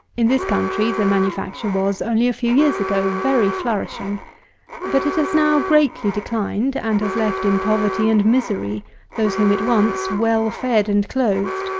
in this country the manufacture was, only a few years ago, very flourishing but it has now greatly declined, and has left in poverty and misery those whom it once well fed and clothed